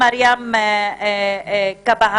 מרים כהבא